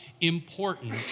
important